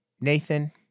Nathan